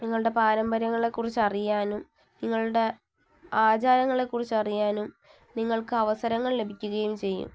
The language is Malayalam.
നിങ്ങളുടെ പാരമ്പര്യങ്ങളെക്കുറിച്ച് അറിയാനും നിങ്ങളടെ ആചാരങ്ങളെക്കുറിച്ച് അറിയാനും നിങ്ങൾക്ക് അവസരങ്ങൾ ലഭിക്കുകയും ചെയ്യും